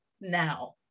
now